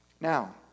Now